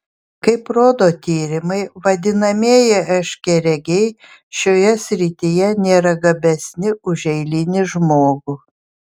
kaip rodo tyrimai vadinamieji aiškiaregiai šioje srityje nėra gabesni už eilinį žmogų